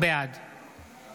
בעד